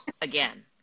again